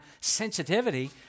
sensitivity